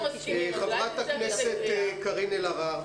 חברת הכנסת קארין אלהרר